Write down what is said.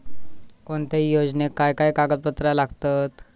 कोणत्याही योजनेक काय काय कागदपत्र लागतत?